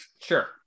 Sure